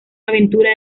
aventura